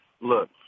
Look